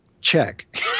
check